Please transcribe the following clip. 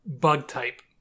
Bug-type